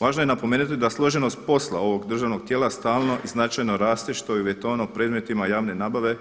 Važno je napomenuti da složenost posla ovog državnog tijela stalno i značajno raste što je uvjetovano predmetima javne nabave